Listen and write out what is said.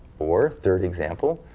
or, third example,